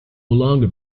longer